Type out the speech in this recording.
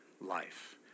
life